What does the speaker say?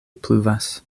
pluvas